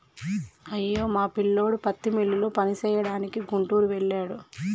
అయ్యో మా పిల్లోడు పత్తి మిల్లులో పనిచేయడానికి గుంటూరు వెళ్ళాడు